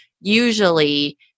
usually